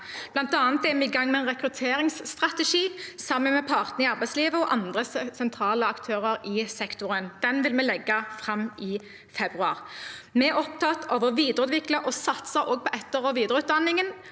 Blant annet er vi i gang med en rekrutteringsstrategi sammen med partene i arbeidslivet og andre sentrale aktører i sektoren. Den vil vi legge fram i februar. Vi er opptatt av å videreutvikle og satse på etter- og videreutdanningen